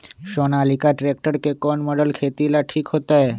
Sonalika tractor के कौन model खेती ला ठीक होतै?